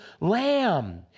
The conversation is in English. lamb